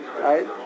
Right